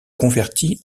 convertie